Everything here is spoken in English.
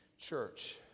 church